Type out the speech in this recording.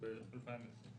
ברבעון שני אנחנו